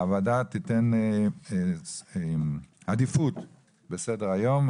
הוועדה תיתן עדיפות לסדר היום.